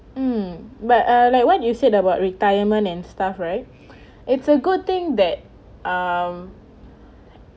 um but uh like what you said about retirement and stuff right it's a good thing that um